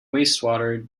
wastewater